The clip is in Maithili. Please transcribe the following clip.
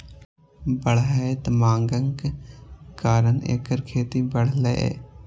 बढ़ैत मांगक कारण एकर खेती बढ़लैए